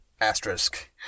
asterisk